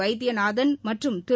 வைத்திநாதன் மற்றும் திரு